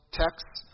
texts